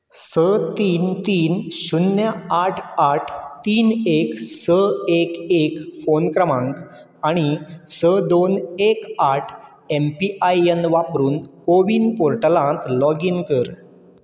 स तीन तीन शुन्य आठ आठ तीन एक स एक एक फोन क्रमांक आनी स दोन एक आठ एमपीआययन वापरून कोवीन पोर्टलांत लॉगीन कर